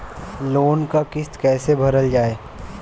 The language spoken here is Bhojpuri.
लोन क किस्त कैसे भरल जाए?